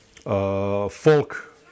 Folk